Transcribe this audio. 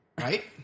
right